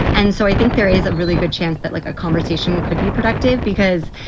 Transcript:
and so i think there is a really good chance that like a conversation could be productive because,